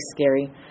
scary